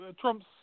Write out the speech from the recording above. Trump's